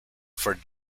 for